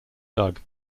doug